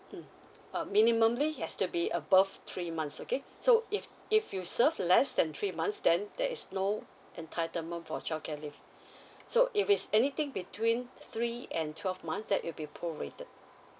mm uh minimally has to be above three months okay so if if you serve less than three months then there is no entitlement for childcare leave so if it's anything between three and twelve months that will be prorated